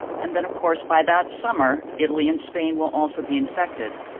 and then, of course, by that summer, italy and spain will also be infected.